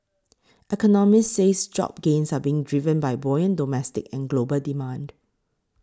economists say job gains are being driven by buoyant domestic and global demand